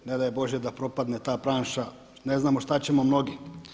Ne daj Bože da propadne ta branša, ne znamo šta ćemo mnogi.